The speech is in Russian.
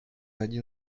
один